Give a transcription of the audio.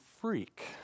freak